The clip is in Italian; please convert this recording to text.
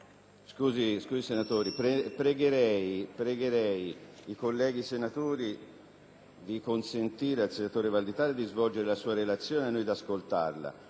scusi, senatore Valditara. Prego i colleghi senatori di consentire al senatore Valditara di svolgere la relazione e a noi di ascoltarla;